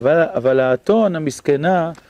אבל האתון המסכנה